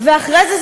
ואחרי זה,